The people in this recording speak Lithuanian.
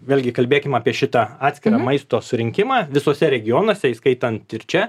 vėlgi kalbėkim apie šitą atskirą maisto surinkimą visuose regionuose įskaitant ir čia